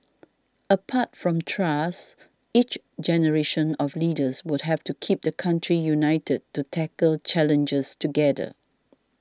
apart from trust each generation of leaders would have to keep the country united to tackle challenges together